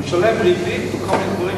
משלם ריבית וכל מיני דברים,